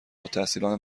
التحصیلان